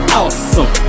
awesome